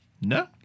No